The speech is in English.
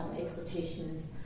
expectations